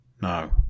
No